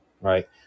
right